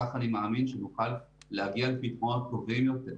כך אני מאמין שנוכל להגיע לפתרונות טובים יותר.